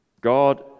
God